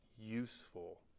useful